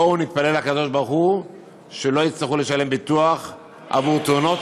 בואו נתפלל לקדוש-ברוך-הוא שלא יצטרכו לשלם ביטוח עבור תאונות,